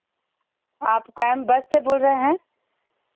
आप campus से बोल रहे हैं